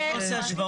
אני לא עושה השוואות.